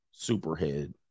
Superhead